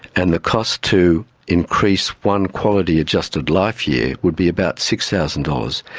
and the cost to increase one quality adjusted life year would be about six thousand dollars.